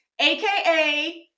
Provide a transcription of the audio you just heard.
AKA